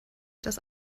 das